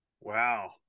Wow